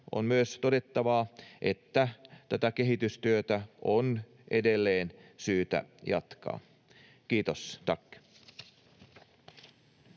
on myös todettava, että tätä kehitystyötä on edelleen syytä jatkaa. — Kiitos,